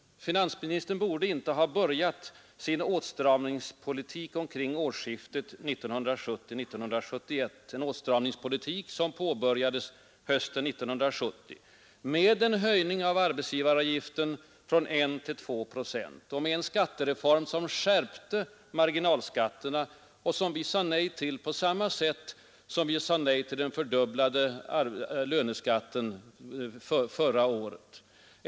Finansministern borde inte ha börjat sin åtstramningspoltik omkring årsskiftet 1970-1971 — en åtstramningspolitik som inleddes hösten 1970 med en höjning av arbetsgivaravgiften från 1 till 2 procent och med en skattereform, som skärpte marginalskatterna och som vi sade nej till på samma sätt som vi sade nej till fördubblingen av löneskatten förra året.